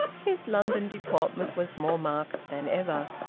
his london deportment was more marked than ever.